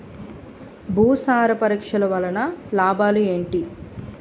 భూసార పరీక్ష వలన లాభాలు ఏంటి?